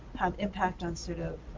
have impact on sort of